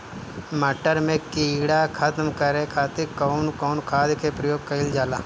मटर में कीड़ा खत्म करे खातीर कउन कउन खाद के प्रयोग कईल जाला?